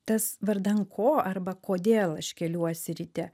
tas vardan ko arba kodėl aš keliuosi ryte